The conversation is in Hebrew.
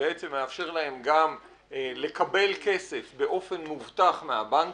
שבעצם מאפשר להן גם לקבל כסף באופן מובטח מהבנקים,